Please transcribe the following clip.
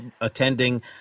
attending